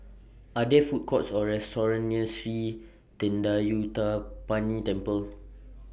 Are There Food Courts Or restaurants near Sri Thendayuthapani Temple